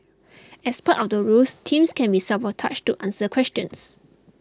as part of the rules teams can be sabotaged to answer questions